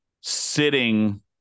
sitting